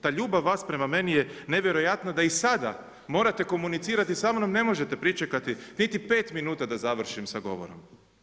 Ta ljubav vas prema meni je nevjerojatna, da i sada morate komunicirati samnom, ne možete pričekati niti 5 minuta da završim sa govorom.